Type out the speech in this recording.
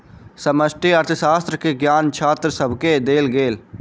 समष्टि अर्थशास्त्र के ज्ञान छात्र सभके देल गेल